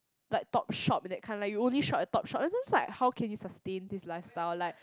like Topshop that kind like you only shop at Topshop like how can you sustain this lifestyle like